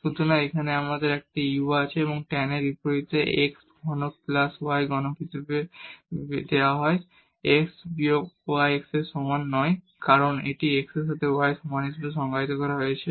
সুতরাং এখানে আমাদের একটি u আছে যা tan বিপরীত x ঘনক প্লাস y ঘনক হিসাবে দেওয়া হয় x বিয়োগ y x এর সমান নয় কারণ এটি এখন x এর সাথে y এর সমান হিসাবে সংজ্ঞায়িত হয়েছে